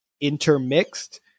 intermixed